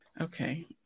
Okay